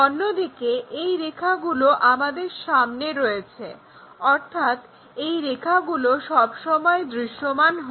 অন্যদিকে এই রেখাগুলো আমাদের সামনে রয়েছে অর্থাৎ এই রেখাগুলো সব সময় দৃশ্যমান হয়